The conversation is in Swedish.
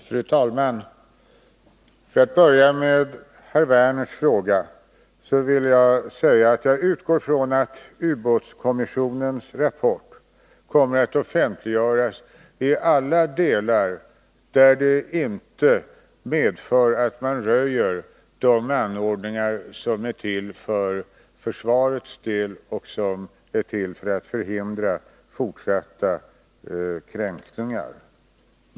Fru talman! För att börja med herr Werners fråga vill jag säga att jag utgår från att ubåtskommissionens rapport kommer att offentliggöras i alla delar där det inte medför att man röjer de anordningar som är till för försvarets del och som är till för att förhindra fortsatta kränkningar.